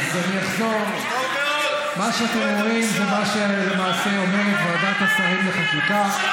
אז אני אחזור: מה שאתם אומרים זה מה שלמעשה אומרת ועדת השרים לחקיקה,